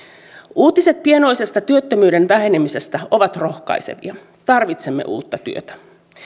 uutiset pienoisesta työttömyyden vähenemisestä ovat rohkaisevia tarvitsemme uutta työtä